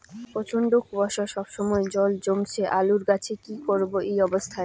প্রচন্ড কুয়াশা সবসময় জল জমছে আলুর গাছে কি করব এই অবস্থায়?